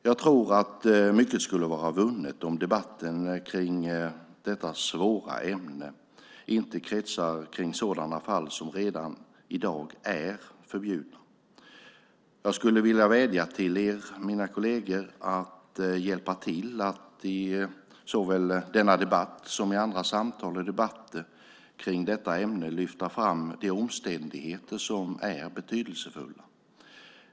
Jag tror att mycket skulle vara vunnet om debatten kring detta svåra ämne inte kretsar kring sådana fall som redan i dag är förbjudna. Jag skulle vilja vädja till er - mina kolleger - att hjälpa till att såväl i denna debatt som i andra samtal och debatter kring detta ämne lyfta fram de omständigheter som är betydelsefulla.